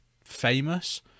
famous